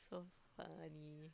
so funny